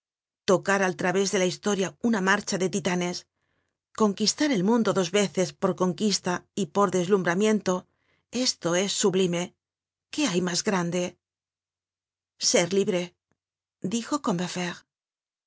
tocar al través de la historia una marcha de titanes conquistar el mundo dos veces por conquista y por deslumbramiento esto es sublime qué hay mas grande ser libre dijo